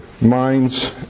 minds